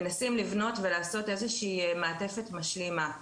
מנסים לבנות ולעשות איזה שהיא מעטפת משלימה,